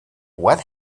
what